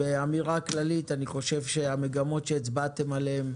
באמירה כללית, אני חושב שהמגמות שהצבעתם עליהן,